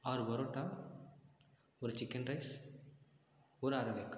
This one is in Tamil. ஆறு பரோட்டா ஒரு சிக்கன் ரைஸ் ஒரு அரை வேக்காடு